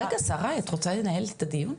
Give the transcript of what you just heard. רגע שריי, את רוצה לנהל לי את הדיון?